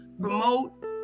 promote